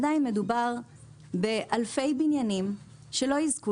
עדיין מדובר באלפי בניינים שלא יזכו